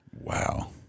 Wow